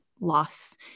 loss